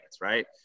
right